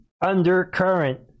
undercurrent